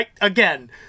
again